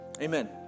Amen